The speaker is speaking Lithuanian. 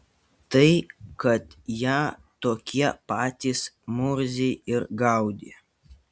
tai kad ją tokie patys murziai ir gaudė